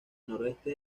noreste